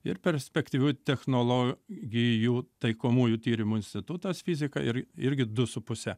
ir perspektyvių technologijų taikomųjų tyrimų institutas fizika ir irgi du su puse